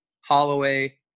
Holloway